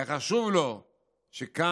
היה חשוב לו שכאן,